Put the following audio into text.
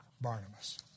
Barnabas